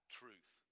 truth